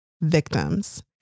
victims